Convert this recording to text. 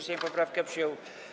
Sejm poprawkę przyjął.